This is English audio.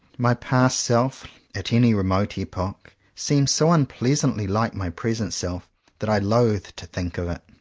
my past self, at any remote epoch, seems so unpleasantly like my present self that i loathe to think of it.